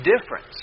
difference